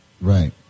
right